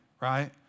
Right